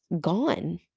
gone